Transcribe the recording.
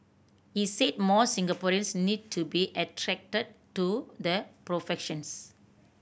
he said more Singaporeans need to be attracted to the professions